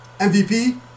MVP